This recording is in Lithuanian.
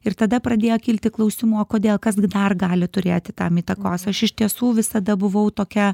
ir tada pradėjo kilti klausimų o kodėl kas gi dar gali turėti tam įtakos aš iš tiesų visada buvau tokia